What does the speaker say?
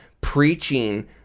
preaching